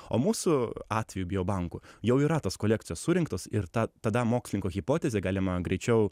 o mūsų atveju bio bankų jau yra tos kolekcijos surinktos ir ta tada mokslininko hipotezę galima greičiau